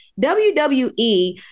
WWE